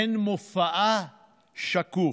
הן מופעה שקוף.